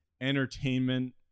entertainment